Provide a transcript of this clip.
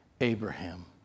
Abraham